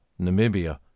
Namibia